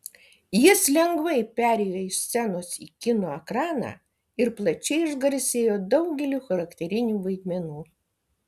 jis lengvai perėjo iš scenos į kino ekraną ir plačiai išgarsėjo daugeliu charakterinių vaidmenų